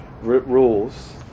rules